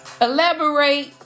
Elaborate